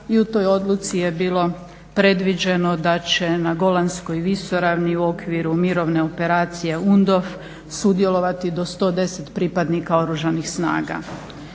i u toj odluci je bilo predviđeno da će na Golanskoj visoravni u okviru mirovne operacije UNDOF sudjelovati do 110 pripadnika Oružanih snaga.